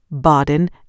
Baden